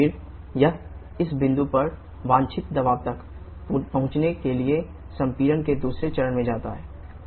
फिर यह इस बिंदु पर वांछित दबाव तक पहुंचने के लिए संपीड़न के दूसरे चरण में जाता है